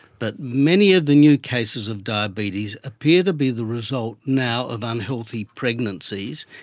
but many of the new cases of diabetes appear to be the result now of unhealthy pregnancies,